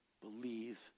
Believe